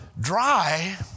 dry